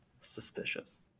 suspicious